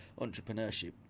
entrepreneurship